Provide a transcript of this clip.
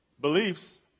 beliefs